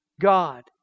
God